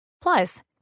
Plus